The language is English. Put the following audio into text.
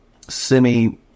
semi